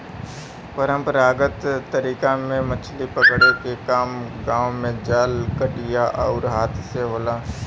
परंपरागत तरीका में मछरी पकड़े के काम गांव में जाल, कटिया आउर हाथ से होला